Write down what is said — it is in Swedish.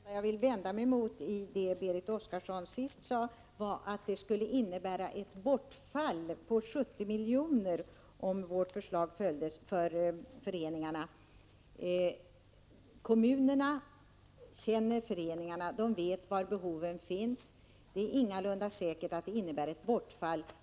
Fru talman! Det enda jag vill vända mig mot i Berit Oscarssons senaste inlägg är att hon sade att det skulle bli ett bortfall på 70 miljoner för föreningarna om vårt förslag följdes. Kommunerna känner föreningarna, de vet var behoven finns. Det är ingalunda säkert att det blir fråga om något bortfall.